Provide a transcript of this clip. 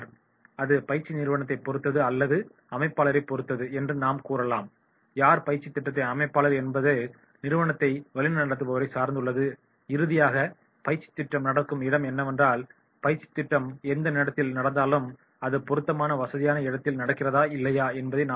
அது பயிற்சி நிறுவனத்தைப் பொறுத்தது அல்லது அமைப்பாளரை பொறுத்தது என்று நாம் கூறலாம் யார் பயிற்சி திட்ட அமைப்பாளர் என்பது நிறுவனத்தை வழிநடத்துபவரை சார்ந்துள்ளது இறுதியாக பயிற்சித் திட்டம் நடக்கும் இடம் என்னவென்றால் பயிற்சித் திட்டம் எந்த இடத்தில் நடந்தாலும் அது பொருத்தமான வசதியான இடத்தில் நடக்கிறதா இல்லையா என்பதை நாம் பார்க்க வேண்டும்